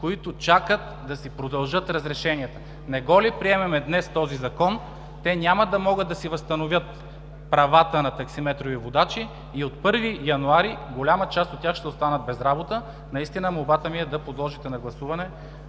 които чакат да си продължат разрешенията. Не го ли приемем днес този Закон, те няма да могат да си възстановят правата на таксиметрови водачи и от 1 януари голяма част от тях ще останат без работа. Наистина молбата ми е да подложите на гласуване